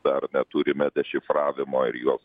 dar neturime dešifravimo ir juos